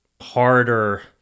Harder